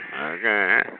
Okay